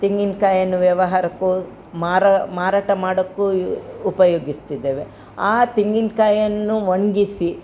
ತೆಂಗಿನ ಕಾಯನ್ನು ವ್ಯವಹಾರಕ್ಕೂ ಮಾರಟ ಮಾರಾಟ ಮಾಡಕ್ಕೂ ಉಪಯೋಗಿಸ್ತಿದ್ದೇವೆ ಆ ತೆಂಗಿನಕಾಯನ್ನು ಒಣಗಿಸಿ